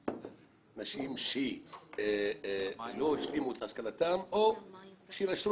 נשים שלא השלימו את השכלתן או שנשרו.